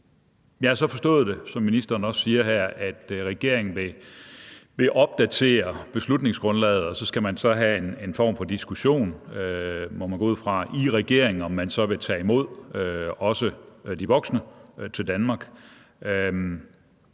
Jeg har så forstået det, som ministeren også siger her, at regeringen vil opdatere beslutningsgrundlaget, og så skal man i regeringen have en form for diskussion om, må man gå ud fra, om man så vil hjemtage også de voksne til Danmark,